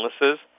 illnesses